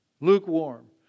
lukewarm